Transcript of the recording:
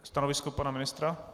Stanovisko pana ministra?